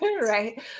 Right